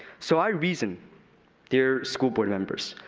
so i reason dear school board members,